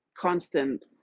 constant